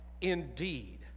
indeed